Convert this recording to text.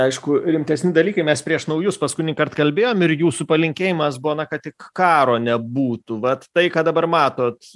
aišku rimtesni dalykai mes prieš naujus paskutinį kart kalbėjom ir jūsų palinkėjimas buvo na kad tik karo nebūtų vat tai ką dabar matot